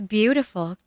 beautiful